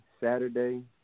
Saturday